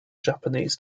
japanese